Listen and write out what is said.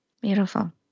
Beautiful